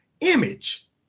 image